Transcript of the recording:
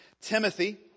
Timothy